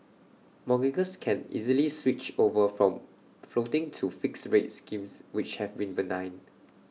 mortgagors can easily switch over from floating to fixed rate schemes which have been benign